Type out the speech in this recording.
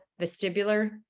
vestibular